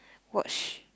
watch